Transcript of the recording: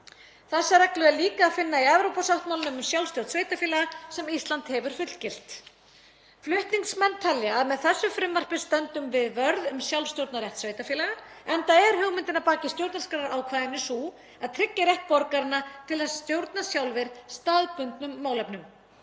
Þessa reglu er líka að finna í Evrópusáttmála um sjálfstjórn sveitarfélaga sem Ísland hefur fullgilt. Flutningsmenn telja að með þessu frumvarpi stöndum við vörð um sjálfsstjórnarrétt sveitarfélaga enda er hugmyndin að baki stjórnarskrárákvæðinu sú að tryggja rétt borgaranna til að stjórna sjálfir staðbundnum málefnum.